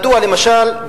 למשל,